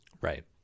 right